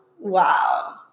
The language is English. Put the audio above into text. wow